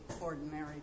ordinary